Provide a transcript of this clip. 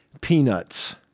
Peanuts